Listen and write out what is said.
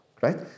right